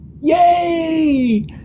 Yay